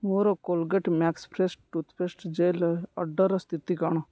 ମୋର Colgate max fresh toothpaste gel ଅର୍ଡ଼ର୍ର ସ୍ଥିତି କ'ଣ